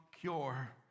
cure